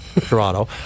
Toronto